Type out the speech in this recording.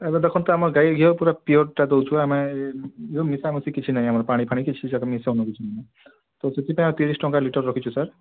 ଏବେ ଦେଖନ୍ତୁ ଆମ ଗାଈ ଘିଅ ପୁରା ପିଓର୍ଟା ଦଉଛୁ ଆମେ ଏ ଯୋଉ ମିଶାମିଶି କିଛି ନାଇ ଆମର ପାଣିଫାଣି କିଛିଯାକ ମିଶଉନ ଆମେ ତ ସେଥିପାଇଁ ଆମେ ତିରିଶ ଟଙ୍କା ଲିଟର୍ ରଖିଛୁ ସାର୍